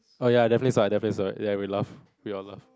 oh ya definitely saw I definitely saw it we laugh we got laugh